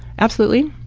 absolutely.